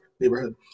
neighborhood